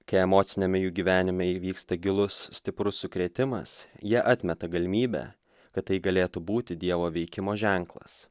kai emociniame jų gyvenime įvyksta gilus stiprus sukrėtimas jie atmeta galimybę kad tai galėtų būti dievo veikimo ženklas